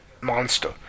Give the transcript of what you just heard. monster